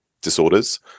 disorders